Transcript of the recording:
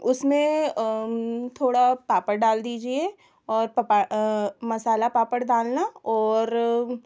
उसमें थोड़ा पापड़ डाल दीजिए और पपा मसाला पापड़ डालना और